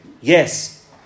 Yes